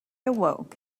awoke